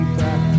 back